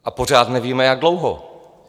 A pořád nevíme, jak dlouho.